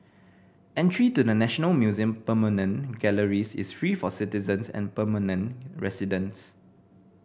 entry to the National Museum permanent galleries is free for citizens and permanent residents